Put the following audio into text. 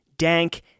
dank